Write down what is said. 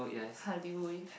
how do you weigh